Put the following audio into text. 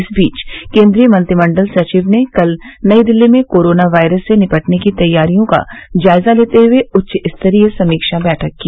इस बीच केन्द्रीय मंत्रिमण्डल सचिव ने कल नई दिल्ली में कोरोना वायरस से निपटने की तैयारियों का जायजा लेते हुए उच्च स्तरीय समीक्षा बैठक की